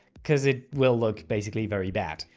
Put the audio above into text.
because it will look basically very bad.